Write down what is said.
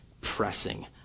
pressing